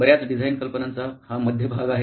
बर्याच डिझाईन कल्पनांचा हा मध्य भाग आहे